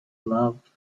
love